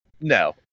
No